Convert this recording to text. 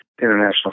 international